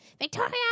Victoria